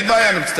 כמה הוא קיבל לדבר?